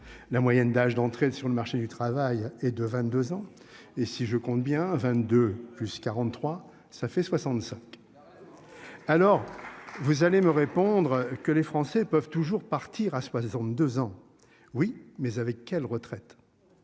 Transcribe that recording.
la moyenne d'âge d'entrée sur le marché du travail et de 22 ans et si je compte bien à 22 plus 43 ça fait 65. Alors vous allez me répondre que les Français peuvent toujours partir à se passe de 32 ans. Oui mais avec quel retraite.